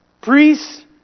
Priests